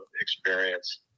experience